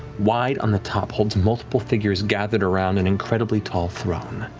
wide on the top, holds multiple figures gathered around an incredibly tall throne.